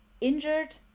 injured